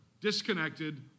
disconnected